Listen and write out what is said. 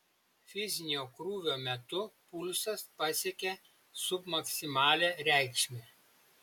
fizinio krūvio metu pulsas pasiekė submaksimalią reikšmę